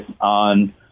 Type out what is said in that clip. on